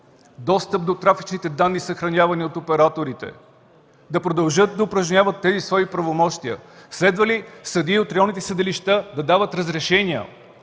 достъп до трафичните данни, съхранявани от операторите, да продължат да упражняват тези свои правомощия? Следва ли съдии от районните съдилища да дават разрешения